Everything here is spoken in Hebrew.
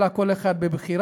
אלא כל אחד מבחירה,